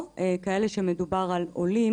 או כאלה שהם עולים,